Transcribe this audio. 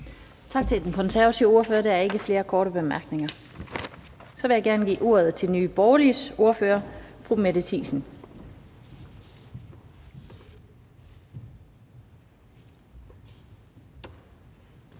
Tak til den konservative ordfører. Der er ikke flere korte bemærkninger. Så vil jeg gerne give ordet til Nye Borgerliges ordfører, fru Mette Thiesen.